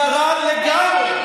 ירד לגמרי.